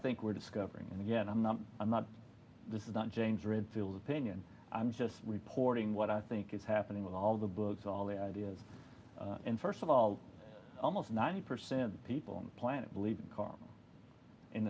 think we're discovering and again i'm not i'm not this is not james redfield opinion i'm just reporting what i think is happening with all the books all the ideas and first of all almost ninety percent of people on the planet believe in karma in